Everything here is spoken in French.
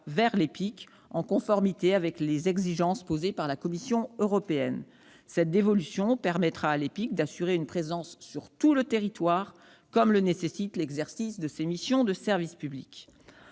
vers l'EPIC, en conformité avec les exigences posées par la Commission européenne. Cette dévolution permettra à l'EPIC d'assurer une présence sur tout le territoire, comme le nécessite l'exercice de ses missions de service public.